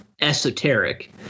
esoteric